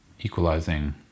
equalizing